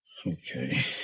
Okay